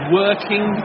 working